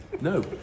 no